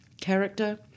character